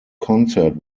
concert